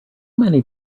many